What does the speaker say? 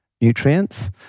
nutrients